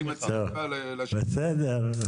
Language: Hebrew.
ואני מציע לך -- בסדר.